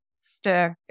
stick